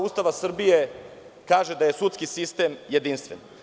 Ustava Republike Srbije kaže da je sudski sistem jedinstven.